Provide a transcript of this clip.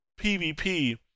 PvP